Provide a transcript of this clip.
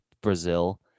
Brazil